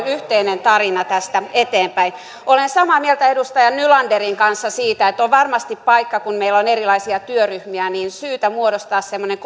yhteinen tarina tästä eteenpäin olen samaa mieltä edustaja nylanderin kanssa siitä että on varmasti paikka kun meillä on erilaisia työryhmiä syytä muodostaa semmoinen